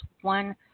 one